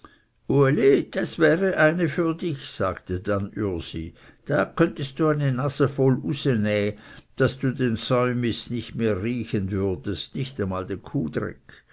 das wäre eine für dich sagte dann ürsi da könntest du eine nase voll usenäh daß du den säumist nicht mehr riechen würdest nicht einmal den